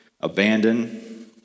abandoned